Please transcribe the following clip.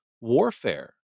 warfare